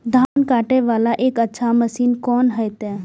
धान कटे वाला एक अच्छा मशीन कोन है ते?